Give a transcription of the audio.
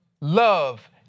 Love